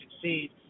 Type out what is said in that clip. succeed